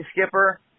Skipper